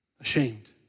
ashamed